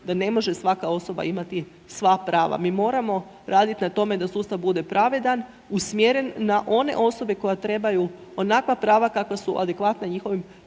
da ne može svaka osoba imati sva prava. Mi moramo raditi na tome da sustav bude pravedan, usmjeren na one osobe koje trebaju onakva prava kakva su adekvatna njihovim